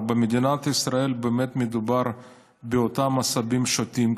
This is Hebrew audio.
אבל במדינת ישראל באמת מדובר באותם עשבים שוטים.